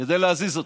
כדי להזיז אותו.